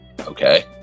Okay